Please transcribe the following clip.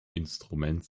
instrument